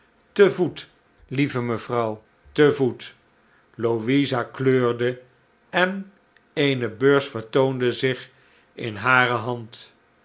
te voet heve mevrouw te voet louisa kleurde en eene beurs vertoonde zich in hare hand